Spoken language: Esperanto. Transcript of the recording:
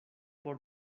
por